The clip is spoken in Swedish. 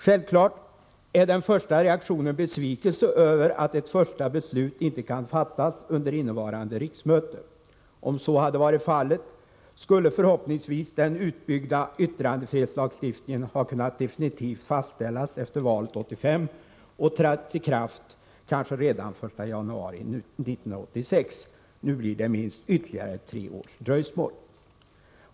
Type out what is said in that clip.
Självfallet är den första reaktionen besvikelse över att ett första beslut inte kan fattas under innevarande riksmöte. Om så hade varit fallet skulle förhoppningsvis den utbyggda yttrandefrihetslagstiftningen ha kunnat definitivt fastställas efter valet 1985 och ha trätt i kraft kanske redan den 1 januari 1986. Nu blir det ytterligare minst tre års dröjsmål.